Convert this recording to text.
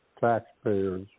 taxpayers